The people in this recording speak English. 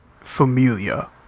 Familia